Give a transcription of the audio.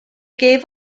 gave